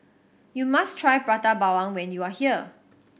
you must try Prata Bawang when you are here